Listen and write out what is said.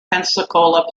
pensacola